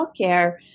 healthcare